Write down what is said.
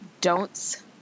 don'ts